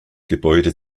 gebäude